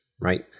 right